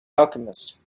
alchemist